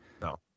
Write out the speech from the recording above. No